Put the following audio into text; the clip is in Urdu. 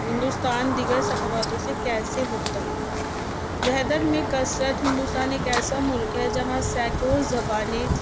ہندوستان دیگر ثقافتوں سے کیسے مختلف ہے وحدت میں کثرت ہندوستان ایک ایسا ملک ہے جہاں سیکڑوں زبانیں